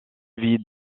vie